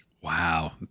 Wow